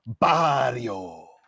Barrio